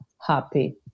happy